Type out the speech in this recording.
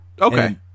Okay